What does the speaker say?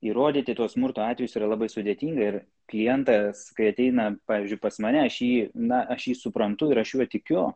įrodyti to smurto atvejus yra labai sudėtinga ir klientas kai ateina pavyzdžiui pas mane aš jį na aš jį suprantu ir aš juo tikiu